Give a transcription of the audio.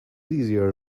easier